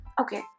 Okay